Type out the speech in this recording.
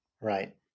Right